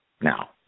Now